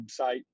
website